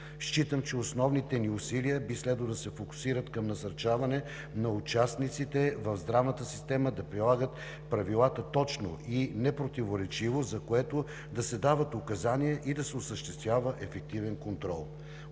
Считам, че основните ни усилия би следвало да се фокусират към насърчаване на участниците в здравната система да прилагат правилата точно и непротиворечиво, за което да се дават указания и да се осъществява ефективен контрол.